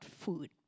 food